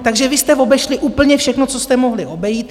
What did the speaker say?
Takže vy jste obešli úplně všechno, co jste mohli obejít.